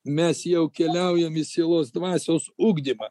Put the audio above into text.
mes jau keliaujam į sielos dvasios ugdymą